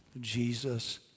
Jesus